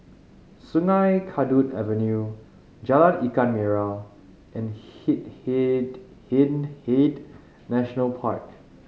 Sungei Kadut Avenue Jalan Ikan Merah and Hindhede National Park